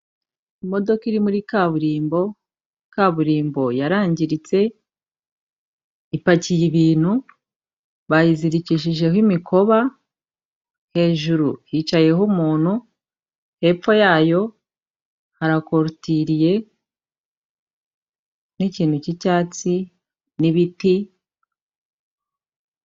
Imodoka iri muri kaburimbo, kaburimbo yarangiritse, ipakiye ibintu, bayizirikishijeho imikoba, hejuru hicayeho umuntu, hepfo yayo harakotiriye, n'ikintu cy'icyatsi n'ibiti.